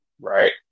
Right